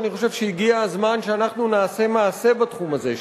אני חושב שהגיע הזמן שאנחנו נעשה מעשה בתחום הזה.